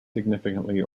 significantly